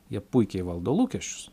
jie puikiai valdo lūkesčius